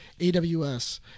aws